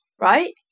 right